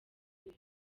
rwo